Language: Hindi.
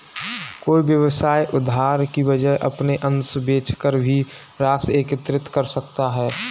कोई व्यवसाय उधार की वजह अपने अंश बेचकर भी राशि एकत्रित कर सकता है